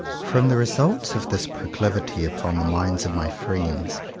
from the results of this proclivity upon the minds of my friends,